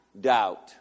doubt